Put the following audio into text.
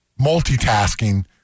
multitasking